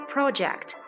Project